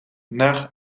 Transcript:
naar